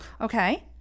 Okay